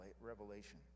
revelation